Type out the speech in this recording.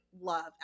love